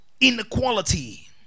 Inequality